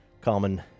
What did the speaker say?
Common